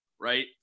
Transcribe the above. right